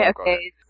okay